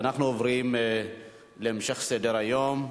אנחנו עוברים להמשך סדר-היום.